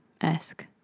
esque